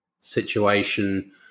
situation